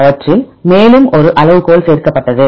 அவற்றில் மேலும் ஒரு அளவுகோல் சேர்க்கப்பட்டது